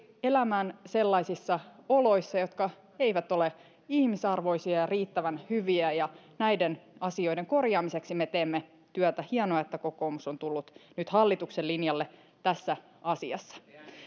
elämään sellaisissa oloissa jotka eivät ole ihmisarvoisia ja riittävän hyviä ja näiden asioiden korjaamiseksi me teemme työtä hienoa että kokoomus on tullut nyt hallituksen linjalle tässä asiassa